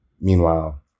Meanwhile